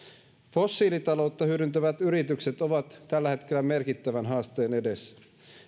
fossiilitaloutta hyödyntävät yritykset ovat tällä hetkellä merkittävän haasteen edessä